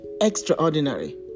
extraordinary